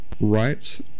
rights